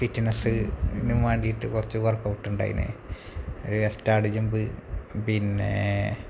ഫിറ്റ്നസ്സിന് വേണ്ടിയിട്ട് കുറച്ച് വർക്കൗട്ടുണ്ടായീന് എസ്റ്റാഡ് ജംപ് പിന്നേ